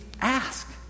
ask